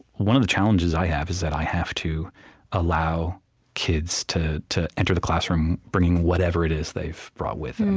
one of the challenges i have is that i have to allow kids to to enter the classroom, bringing whatever it is they've brought with them.